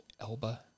Elba